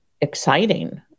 exciting